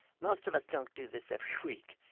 most of us don't do this every week.